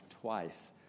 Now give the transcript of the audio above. twice